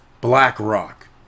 BlackRock